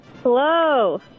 Hello